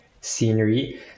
scenery